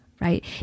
right